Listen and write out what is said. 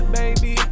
baby